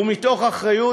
ומתוך אחריות.